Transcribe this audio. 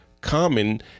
common